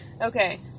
Okay